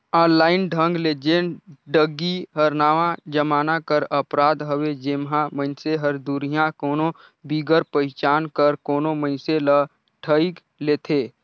online ढंग ले जेन ठगी हर नावा जमाना कर अपराध हवे जेम्हां मइनसे हर दुरिहां कोनो बिगर पहिचान कर कोनो मइनसे ल ठइग लेथे